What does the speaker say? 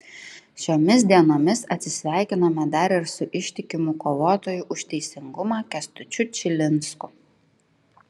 šiomis dienomis atsisveikinome dar ir su ištikimu kovotoju už teisingumą kęstučiu čilinsku